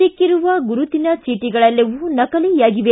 ಸಿಕ್ಕಿರುವ ಗುರುತು ಚೀಟಗಳೆಲ್ಲವೂ ನಕಲಿಯಾಗಿವೆ